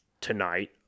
tonight